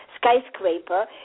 skyscraper